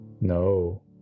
No